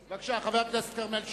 בבקשה, חבר הכנסת כרמל שאמה,